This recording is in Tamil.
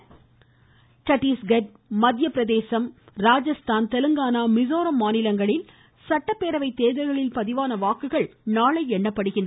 தேர்தல் சட்டீஸ்கட் மத்தியப்பிரதேசம் ராஜஸ்தான் தெலுங்கானா மிஸோரம் மாநிலங்களில் சட்டப்பேரவை தேர்தல்களில் பதிவான வாக்குகள் நாளை எண்ணப்படுகின்றன